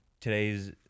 today's